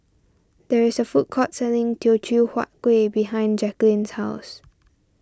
there is a food court selling Teochew Huat Kuih behind Jacquelin's house